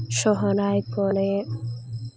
ᱥᱚᱦᱨᱟᱭ ᱠᱚᱨᱮᱫ